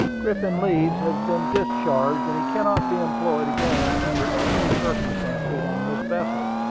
griffin leeds has been discharged and he cannot be employed again under any circumstances on this vessel.